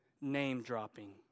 name-dropping